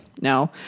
No